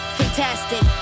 fantastic